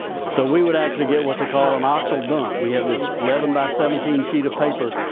so we would actually get what they call an octal dump. we have this eleven by seventeen sheet of paper,